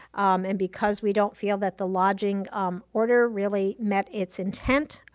and because we don't feel that the lodging um order really met its intent,